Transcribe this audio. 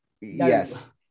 yes